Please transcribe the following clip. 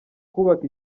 kubaka